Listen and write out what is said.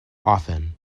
often